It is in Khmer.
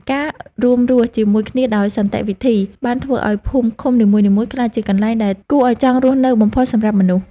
ការរួមរស់ជាមួយគ្នាដោយសន្តិវិធី បានធ្វើឱ្យភូមិឃុំនីមួយៗក្លាយជាកន្លែងដែលគួរឱ្យចង់រស់នៅបំផុតសម្រាប់មនុស្ស។